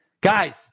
Guys